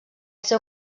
seu